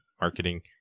marketing